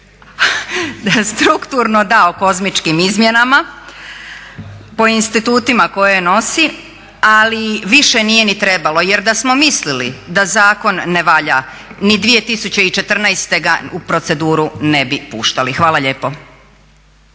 Strukturno da o kozmičkim izmjenama, po institutima koje nosi ali više nije ni trebalo. Jer da smo mislili da zakon ne valja ni 2014.u proceduru ne bi puštali. Hvala lijepo.